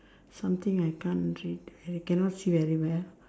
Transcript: something I can't read I cannot see very well